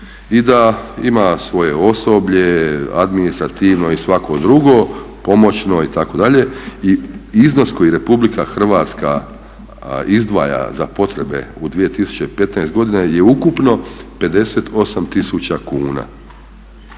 i da ima svoje osoblje, administrativno i svako drugo, pomoćno itd. i iznos koji RH izdvaja za potrebe u 2015. godini je ukupno 58 tisuća kuna.